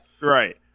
right